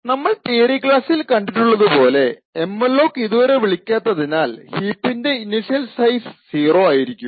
നമ്മൾ തിയറി ക്ലാസ്സിൽ കണ്ടിട്ടുള്ളതുപോലെ എംഅലോക് ഇതുവരെ വിളിക്കാത്തതിനാൽ ഹീപ്പിൻറെ ഇനിഷ്യൽ സൈസ് 0 ആയിരിക്കും